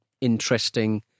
interesting